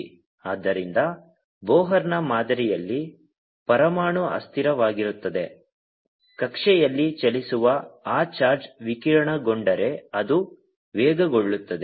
ಆದ್ದರಿಂದ ಬೋರ್ನ ಮಾದರಿಯಲ್ಲಿ ಪರಮಾಣು ಅಸ್ಥಿರವಾಗಿರುತ್ತದೆ ಕಕ್ಷೆಯಲ್ಲಿ ಚಲಿಸುವ ಆ ಚಾರ್ಜ್ ವಿಕಿರಣಗೊಂಡರೆ ಅದು ವೇಗಗೊಳ್ಳುತ್ತದೆ